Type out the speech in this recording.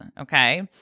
okay